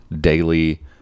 daily